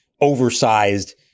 oversized